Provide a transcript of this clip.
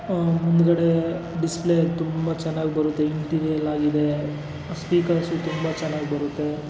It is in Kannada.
ಮುಂದುಗಡೆ ಡಿಸ್ಪ್ಲೇ ತುಂಬ ಚೆನ್ನಾಗಿ ಬರುತ್ತೆ ಇಂಟೀರಿಯಲ್ಲಾಗಿದೆ ಸ್ಪೀಕರ್ಸು ತುಂಬ ಚೆನ್ನಾಗಿ ಬರುತ್ತೆ